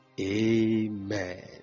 Amen